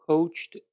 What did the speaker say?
coached